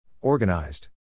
Organized